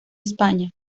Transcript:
españa